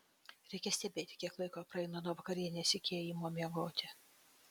reikia stebėti kiek laiko praeina nuo vakarienės iki ėjimo miegoti